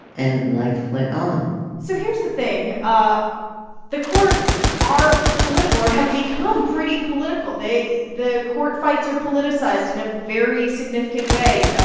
and life went on so here's the thing. ah the courts are political or have become pretty political. the court fights are politicized in a very significant way.